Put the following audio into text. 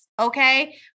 okay